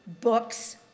books